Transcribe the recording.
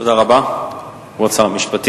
תודה רבה, כבוד שר המשפטים.